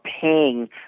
paying